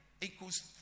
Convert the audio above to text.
equals